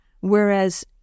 whereas